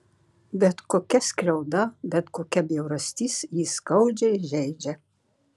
bet kokia skriauda bet kokia bjaurastis jį skaudžiai žeidžia